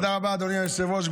אדוני היושב-ראש,